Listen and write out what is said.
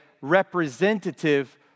representative